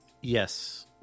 Yes